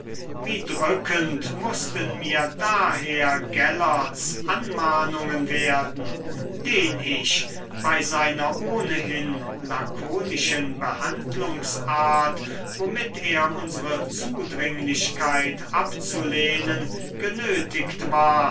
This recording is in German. wie drückend mußten mir daher gellerts anmahnungen werden den ich bei seiner ohnehin lakonischen behandlungsart womit er unsere zudringlichkeit abzulehnen genötigt war